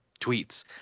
tweets